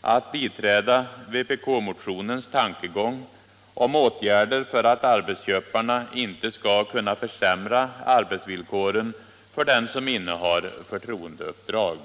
att biträda vpk-motionens tankegång om åtgärder för att arbetsköparna inte skall kunna försämra arbetsvillkoren för den som innehar förtroendeuppdrag.